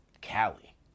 cali